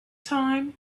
time